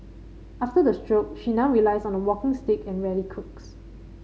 after the stroke she now relies on a walking stick and rarely cooks